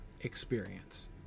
experience